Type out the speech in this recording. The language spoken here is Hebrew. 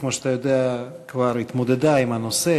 כמו שאתה יודע, כבר התמודדה עם הנושא.